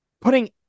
putting